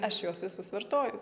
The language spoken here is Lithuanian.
aš juos visus vartoju